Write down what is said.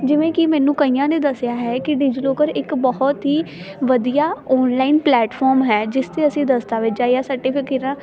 ਜਿਵੇਂ ਕਿ ਮੈਨੂੰ ਕਈਆਂ ਨੇ ਦੱਸਿਆ ਹੈ ਕਿ ਡਿਜੀਲੋਕਰ ਇੱਕ ਬਹੁਤ ਹੀ ਵਧੀਆ ਆਨਲਾਈਨ ਪਲੈਟਫੋਮ ਹੈ ਜਿਸ 'ਤੇ ਅਸੀਂ ਦਸਤਾਵੇਜ਼ਾਂ ਜਾਂ ਸਰਟੀਫਿਕੇਰਾਂ